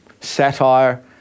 satire